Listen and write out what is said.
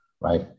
right